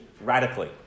radically